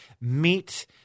Meet